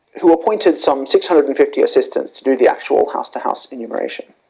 who appointed some six hundred and fifty assistants to do the actual house to house enumeration.